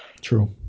True